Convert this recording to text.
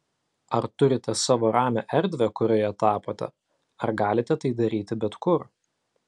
ar turite savo ramią erdvę kurioje tapote ar galite tai daryti bet kur